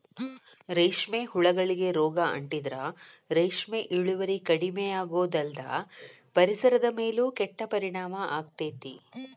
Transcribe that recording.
ರೇಷ್ಮೆ ಹುಳಗಳಿಗೆ ರೋಗ ಅಂಟಿದ್ರ ರೇಷ್ಮೆ ಇಳುವರಿ ಕಡಿಮಿಯಾಗೋದಲ್ದ ಪರಿಸರದ ಮೇಲೂ ಕೆಟ್ಟ ಪರಿಣಾಮ ಆಗ್ತೇತಿ